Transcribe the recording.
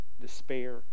despair